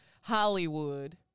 Hollywood